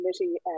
committee